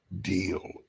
deal